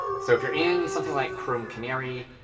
so if you're in something like chrome canary,